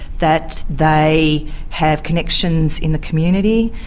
that they have connections in the community.